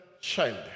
child